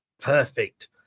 perfect